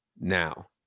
now